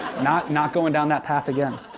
not not going down that path again.